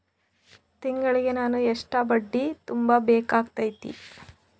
ತಿಂಗಳಿಗೆ ನಾನು ಎಷ್ಟ ಬಡ್ಡಿ ತುಂಬಾ ಬೇಕಾಗತೈತಿ?